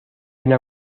una